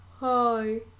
Hi